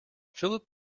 philip